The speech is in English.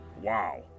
wow